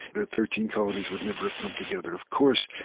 the thirteen colonies would never have come together. of course,